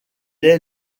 est